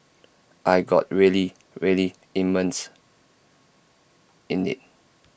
I got really really immersed in IT